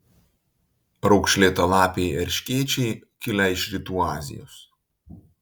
raukšlėtalapiai erškėčiai kilę iš rytų azijos